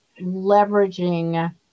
leveraging